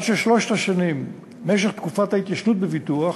עד ששלוש השנים, משך תקופת ההתיישנות בביטוח,